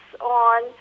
on